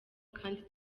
kandi